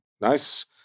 Nice